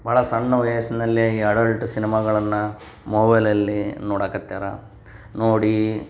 ಭಾಳ ಸಣ್ಣ ವಯಸ್ಸಿನಲ್ಲೇ ಈ ಅಡಲ್ಟ್ ಸಿನಮಾಗಳನ್ನು ಮೊಬೈಲಲ್ಲಿ ನೋಡಕ್ಕತ್ತ್ಯಾರ ನೋಡಿ